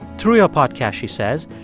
through your podcast, she says,